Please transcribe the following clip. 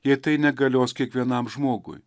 jei tai negalios kiekvienam žmogui